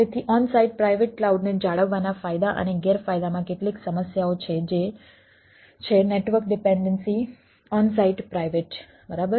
તેથી onsite private ક્લાઉડને જાળવવાના ફાયદા અને ગેરફાયદામાં કેટલીક સમસ્યાઓ છે જે છે નેટવર્ક ડિપેન્ડન્સી ઓનસાઇટ પ્રાઇવેટ છે બરાબર